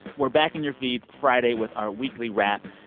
we're back in your feeds friday with our weekly wrap.